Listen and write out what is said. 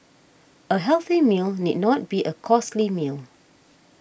a healthy meal need not be a costly meal